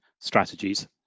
strategies